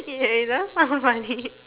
you had enough some funny